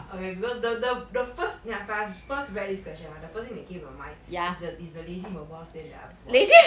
okay because the the the first the first very question ah the first thing that came to my mind is the is the lazy my boss thing that I bought